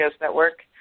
Network